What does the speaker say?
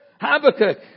Habakkuk